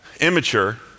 Immature